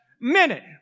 minute